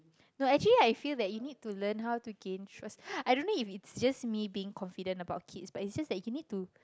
no actually I feel that you need to learn how to gain trust I don't know if it's just me being confident about kids but it's just that you need to